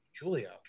julio